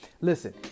Listen